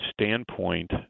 standpoint